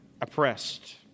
oppressed